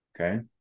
Okay